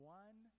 one